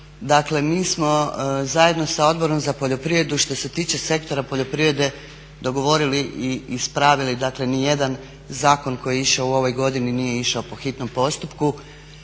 dakle mi smo zajedno sa Odborom za poljoprivredu što se tiče sektora poljoprivrede dogovorili i ispravili dakle niti jedan zakon koji je išao u ovoj godini nije išao po hitnom postupku